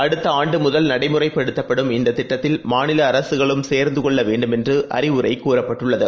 அடுத்தஆண்டுமுதல் நடைமுறைப்படுத்தப்படும் இந்ததிட்டத்தில் மாநிலஅரசுகளும் சேர்ந்துகொள்ளவேண்டும் என்றுஅறிவுரைகூறப்பட்டுள்ளது